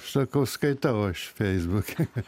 sakau skaitau aš feisbuke